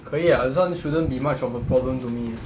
可以 ah this [one] shouldn't be much of a problem to me ah